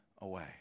away